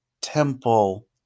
temple